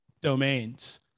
domains